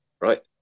right